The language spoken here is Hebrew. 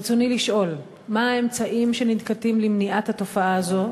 ברצוני לשאול: 1. מה הם האמצעים שננקטים למניעת התופעה הזו?